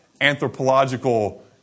anthropological